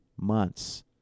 months